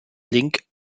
link